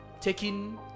taking